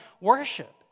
worship